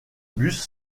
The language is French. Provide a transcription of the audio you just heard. buste